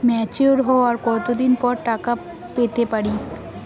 Mature হওয়ার কত দিন পর টাকা পেতে পারি?